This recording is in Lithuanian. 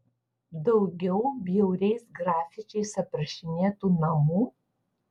daugiau bjauriais grafičiais aprašinėtų namų